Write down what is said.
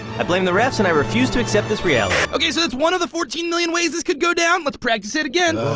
i blame the refs and i refuse to accept this reality. ok, so that's one of the fourteen million ways this could go down. let's practice it again!